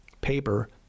paper